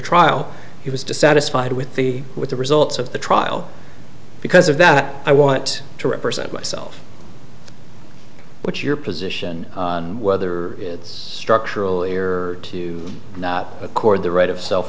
trial he was dissatisfied with the with the results of the trial because of that i want to represent myself but your position whether it's structural you're to not accord the right of self